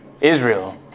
Israel